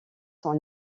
sont